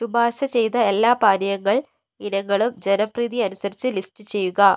ശുപാർശ ചെയ്ത എല്ലാ പാനീയങ്ങൾ ഇനങ്ങളും ജനപ്രീതി അനുസരിച്ച് ലിസ്റ്റ് ചെയ്യുക